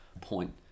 point